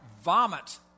vomit